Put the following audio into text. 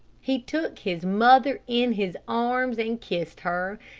he took his mother in his arms and kissed her,